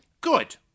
Good